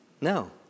No